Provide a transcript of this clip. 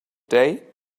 day